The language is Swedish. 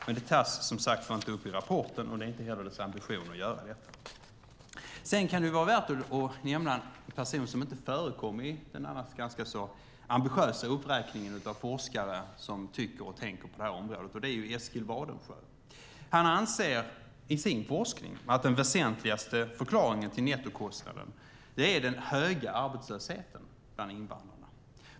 Men det tas som sagt inte upp i rapporten, och det är inte heller rapportens ambition att göra detta. Det kan också vara värt att nämna en person som inte förekom i den annars ganska ambitiösa uppräkningen av forskare som tycker och tänker på det här området. Det är Eskil Wadensjö. Han anser i sin forskning att den väsentligaste förklaringen till nettokostnaden är den höga arbetslösheten bland invandrarna.